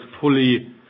fully